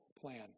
plan